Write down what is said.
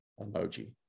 emoji